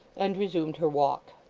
and resumed her walk.